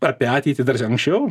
apie ateitį dar čia anksčiau